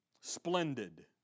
splendid